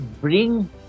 bring